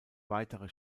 weitere